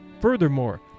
Furthermore